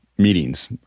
meetings